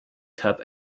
cup